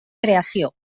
creació